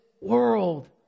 world